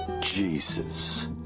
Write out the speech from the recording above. Jesus